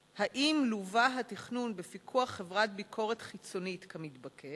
3. האם לווה התכנון בפיקוח חברת ביקורת חיצונית כמתבקש?